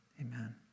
amen